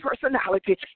personality